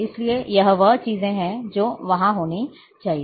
इसलिए यह वह चीजें हैं जो वहां होनी चाहिए